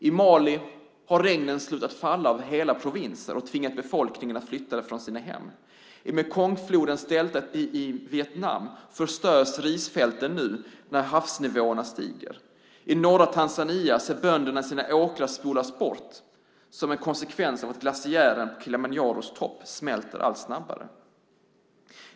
I Mali har regnet slutat falla över hela provinser och tvingat befolkningen att flytta från sina hem. I Mekongflodens delta i Vietnam förstörs risfälten nu när havsnivåerna stiger. I norra Tanzania ser bönderna sina åkrar spolas bort som en konsekvens av att glaciären på Kilimanjaros topp smälter allt snabbare.